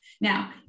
Now